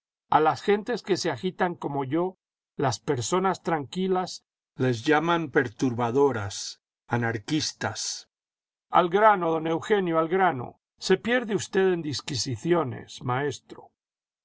a las gentes que se agitan como yo las personas tranquilas les llaman perturbadoras anarquistas al grano don eugenio al grano se pierde usted en disquisiciones maestro